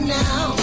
now